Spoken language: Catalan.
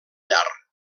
llar